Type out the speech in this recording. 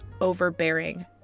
overbearing